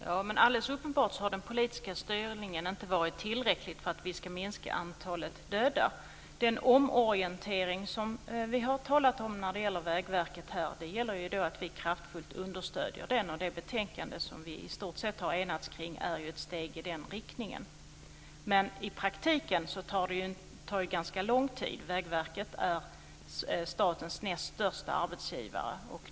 Fru talman! Alldeles uppenbart har den politiska styrningen inte varit tillräcklig för att minska antalet döda. Det gäller att vi kraftigt understöder den omorientering som vi har talat om när det gäller Vägverket. Det betänkande som vi i stort sett har enats kring är ju ett steg i den riktningen. Men i praktiken tar det ganska lång tid. Vägverket är statens näst största arbetsgivare.